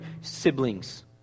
siblings